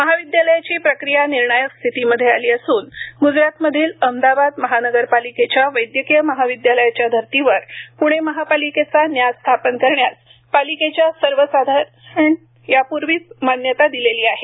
महाविद्यालयाची प्रक्रिया निर्णायक स्थितीमध्ये आली असून गुजरातमधील अहमदाबाद महानगरपालिकेच्या वैद्यकीय महाविद्यालयाच्या धर्तीवर पुणे महापालिकेचा न्यास स्थापन करण्यास पालिकेच्या सर्वसाधारण सभेने यापूर्वीच मान्यता दिलेली आहे